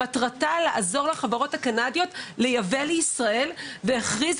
שמטרתה לעזור לחברות הקנדיות לייבא לישראל והכריזה